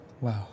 Wow